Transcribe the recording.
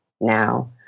now